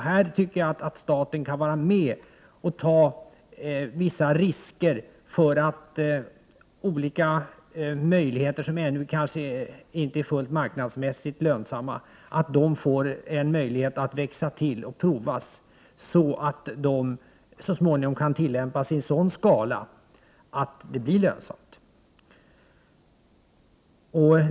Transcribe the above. Där tycker jag att staten kan vara med och ta vissa risker för att olika lösningar som ännu kanske inte är marknadsmässigt fullt lönsamma skall få en möjlighet att växa till och provas, så att de så småningom kan tillämpas i sådan skala att det blir lönsamt.